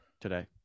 today